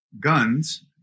guns